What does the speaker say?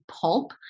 pulp